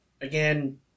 again